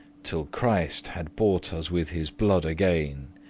till christ had bought us with his blood again!